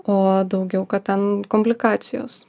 o daugiau kad ten komplikacijos